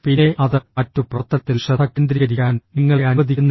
പിന്നെ അത് മറ്റൊരു പ്രവർത്തനത്തിൽ ശ്രദ്ധ കേന്ദ്രീകരിക്കാൻ നിങ്ങളെ അനുവദിക്കുന്നില്ല